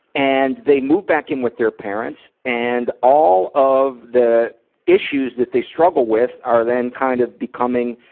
and they move back in with their parents, and all of the issues that they struggle with are then kind of becoming,